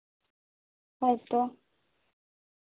ᱦᱳᱭ ᱛᱚ